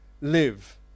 Live